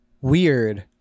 Weird